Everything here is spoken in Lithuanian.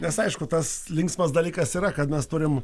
nes aišku tas linksmas dalykas yra kad mes turim